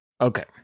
Okay